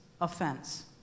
offense